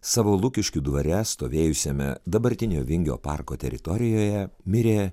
savo lukiškių dvare stovėjusiame dabartinio vingio parko teritorijoje mirė